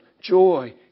joy